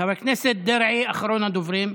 חבר הכנסת דרעי, אחרון הדוברים.